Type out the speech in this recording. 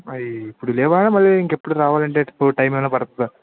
అ ఇప్పుడు లేవా మళ్ళీ ఇంకెప్పుడు రావాలంటే ఎప్పుడు టైం ఏమైనా పడుతుందా